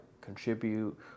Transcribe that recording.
contribute